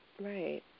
Right